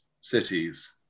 cities